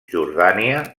jordània